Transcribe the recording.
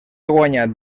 guanyat